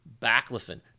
baclofen